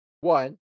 One